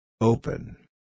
Open